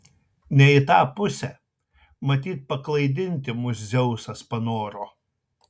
ne į tą pusę matyt paklaidinti mus dzeusas panoro